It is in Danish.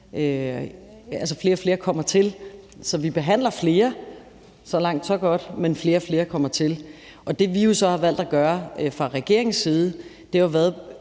kommer flere og flere til. Så vi behandler flere; så langt, så godt. Men flere og flere kommer til. Det, vi jo så har valgt at gøre fra regeringens side, har været